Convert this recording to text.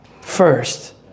first